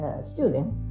student